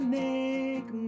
make